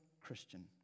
Christian